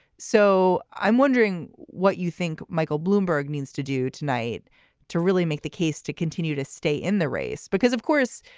so i'm wondering what you think michael bloomberg needs to do tonight to really make the case to continue to stay in the race? because, of course,